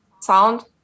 sound